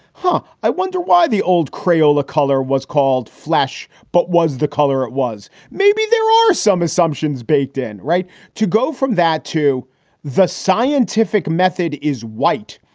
huh. i wonder why the old creola color was called flesh, but was the color it was. maybe there were some assumptions baked in. right to go from that to the scientific method is white.